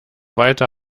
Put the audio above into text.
weiter